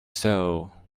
sow